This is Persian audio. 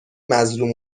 مظلوم